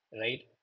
right